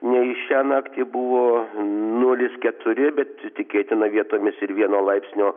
nei šią naktį buvo nulis keturi bet tikėtina vietomis ir vieno laipsnio